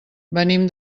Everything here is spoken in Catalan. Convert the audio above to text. venim